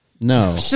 No